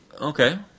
Okay